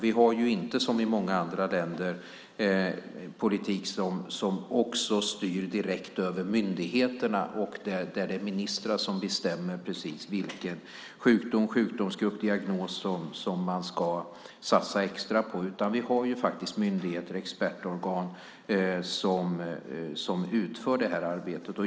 Vi har inte som i många andra länder en politik som styr direkt över myndigheterna och där det är ministrar som bestämmer precis vilken sjukdom, sjukdomsgrupp eller diagnos som man ska satsa extra på. Vi har myndigheter och expertorgan som utför det arbetet.